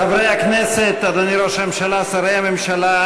חברי הכנסת, אדוני ראש הממשלה, שרי הממשלה,